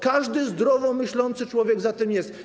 Każdy zdrowo myślący człowiek za tym jest.